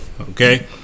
okay